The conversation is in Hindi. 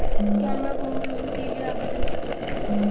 क्या मैं होम लोंन के लिए आवेदन कर सकता हूं?